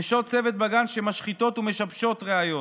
נשות צוות בגן שמשחיתות ומשבשות ראיות.